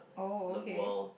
the world